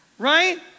right